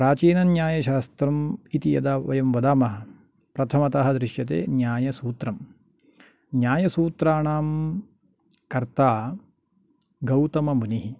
प्राचीनन्यायशास्त्रम् इति यदा वयं वदामः प्रथमतः दृश्यते न्यायसूत्रम् न्यायसूत्राणां कर्ता गौतममुनिः